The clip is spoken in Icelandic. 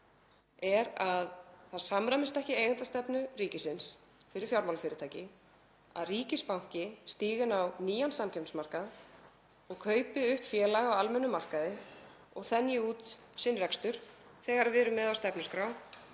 er að það samræmist ekki eigendastefnu ríkisins fyrir fjármálafyrirtæki að ríkisbanki stígi inn á nýjan samkeppnismarkað og kaupi upp félag á almennum markaði og þenji út sinn rekstur þegar við erum með á stefnuskrá